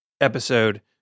episode